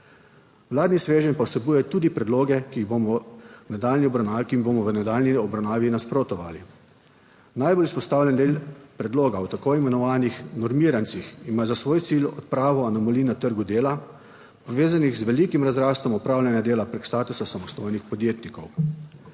Vladni sveženj pa vsebuje tudi predloge, ki jih bomo v nadaljnji obravnavi nasprotovali. Najbolj izpostavljen del predloga o tako imenovanih normirancih, ima za svoj cilj odpravo anomalij na trgu dela, povezanih z velikim razrastom opravljanja dela preko statusa samostojnih podjetnikov.